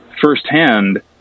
firsthand